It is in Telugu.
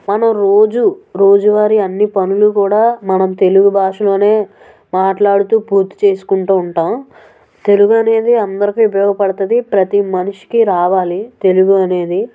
మనం రోజు రోజువారి అన్ని పనులు కూడా మనం తెలుగు భాషలోనే మాట్లాడుతూ పూర్తి చేసుకుంటూ ఉంటాము తెలుగు అనేది అందరకీ ఉపయోగపడుతుంది ప్రతీ మనిషికి రావాలి తెలుగు అనేది